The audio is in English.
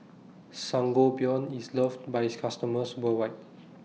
Sangobion IS loved By its customers worldwide